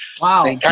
Wow